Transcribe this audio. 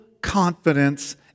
confidence